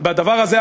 בדבר הזה,